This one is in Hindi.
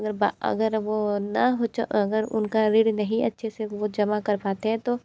अगर अगर वो न अगर उनका ऋण नहीं अच्छे से वो जमा कर पाते हैं तो